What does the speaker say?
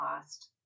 lost